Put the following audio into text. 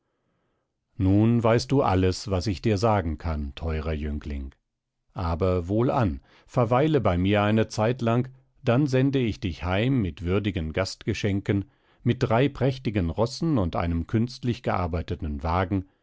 nun weißt du alles was ich dir sagen kann theurer jüngling aber wohlan verweile bei mir eine zeitlang dann sende ich dich heim mit würdigen gastgeschenken mit drei prächtigen rossen und einem künstlich gearbeiteten wagen